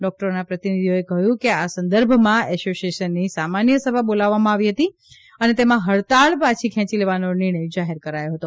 ડોકટરોના પ્રતિનિધિઓએ કહ્યું કે આ સંદર્ભમાં એસોસીએશિનની સામાનય સભા બોલાવવામાં આવી હતી અને તેમાં હડતાળ પાછી ખેંચી લેવાનો નિર્ણય જાહેર કરાથો હતો